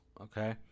Okay